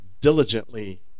diligently